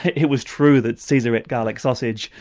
it was true that caesar ate garlic sausage,